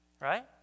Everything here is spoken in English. right